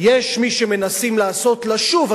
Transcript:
יש מי שמנסים לעשות לה שוב,